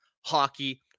hockey